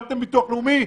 ביטוח לאומי,